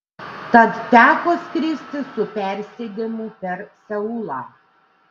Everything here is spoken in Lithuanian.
tad teko skristi su persėdimu per seulą